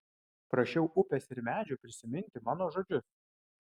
prašiau upės ir medžių prisiminti mano žodžius